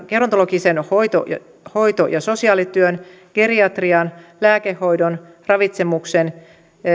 gerontologisen hoito ja hoito ja sosiaalityön geriatrian lääkehoidon ravitsemuksen